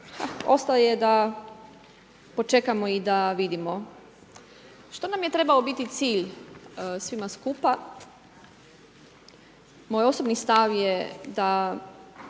ostaje da počekamo i da vidimo. Što nam je trebao biti cilj svima skupa? Moj osobni stav je da